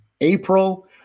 April